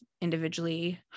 individually